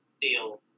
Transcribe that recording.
deal